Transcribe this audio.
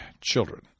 children